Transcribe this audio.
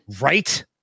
right